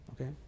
okay